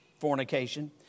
fornication